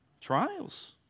Trials